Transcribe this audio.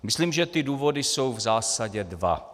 Myslím, že ty důvody jsou v zásadě dva.